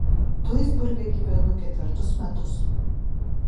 duisburge gyvenu ketvirtus metus